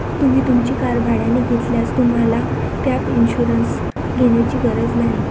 तुम्ही तुमची कार भाड्याने घेतल्यास तुम्हाला गॅप इन्शुरन्स घेण्याची गरज नाही